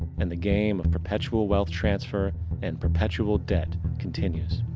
and the game of perpetual wealth transfer and perpetual debt continues.